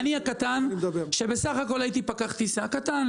הקטן, שבסך הכול הייתי פקח טיסה קטן.